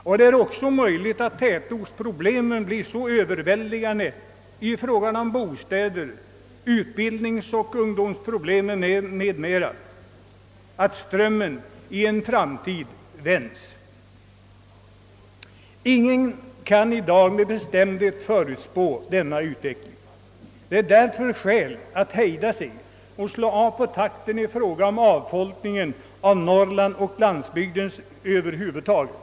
Men det är också möjligt att tätorterna kommer att skapa så överväldigande bostadsproblem, utbildningsoch ungdomsproblem att strömmen i en framtid måste vändas. Ingen kan i dag med bestämdhet förutspå utvecklingen, Det är därför skäl att hejda sig och försöka minska takten i avfolkningen av Norrland och landsbygden över huvud taget.